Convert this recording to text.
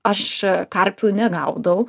aš karpių negaudau